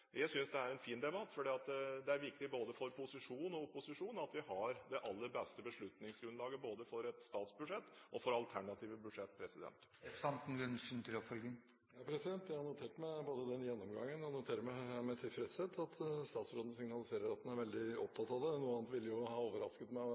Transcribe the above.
opposisjon at vi har det aller beste beslutningsgrunnlaget, både for et statsbudsjett og for alternative budsjetter. Ja, jeg har notert meg den gjennomgangen, og jeg noterer meg med tilfredshet at statsråden signaliserer at han er veldig